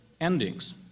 endings